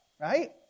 right